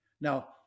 Now